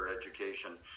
education